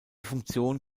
funktion